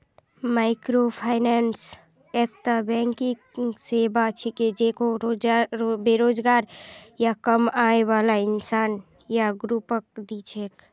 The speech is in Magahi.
माइक्रोफाइनेंस एकता बैंकिंग सेवा छिके जेको बेरोजगार या कम आय बाला इंसान या ग्रुपक दी छेक